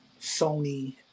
Sony